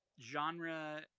Genre